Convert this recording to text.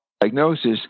diagnosis